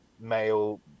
male